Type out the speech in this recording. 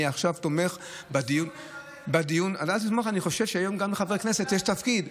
אני סומך עליך, אבל תדע לך שקיבלתי את זה